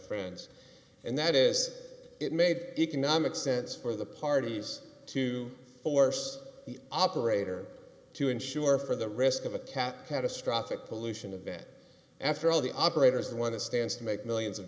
friends and that is it made economic sense for the parties to force the operator to insure for the risk of a cap catastrophic pollution event after all the operators the one that stands to make millions of